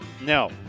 No